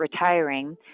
retiring